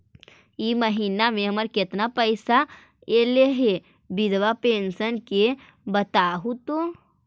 इ महिना मे हमर केतना पैसा ऐले हे बिधबा पेंसन के बताहु तो?